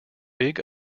big